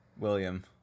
William